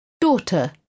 daughter